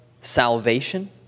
salvation